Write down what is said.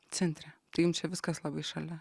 centre tai jums čia viskas labai šalia